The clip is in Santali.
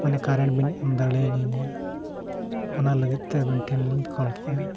ᱢᱟᱱᱮ ᱠᱟᱨᱮᱱᱴ ᱵᱮᱱ ᱮᱢ ᱫᱟᱲᱮᱭᱟᱞᱤᱧᱟᱹ ᱚᱱᱟ ᱞᱟᱹᱜᱤᱫᱼᱛᱮ ᱟᱹᱵᱤᱱ ᱴᱷᱮᱱ ᱞᱤᱧ ᱠᱚᱞ ᱠᱮᱫᱟ